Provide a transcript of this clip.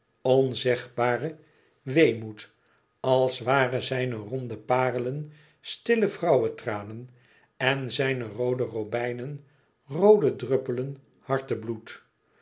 onzegbaren weemoed als waren zijne ronde parelen stille vrouwetranen en zijne roode robijnen roode druppelen hartebloed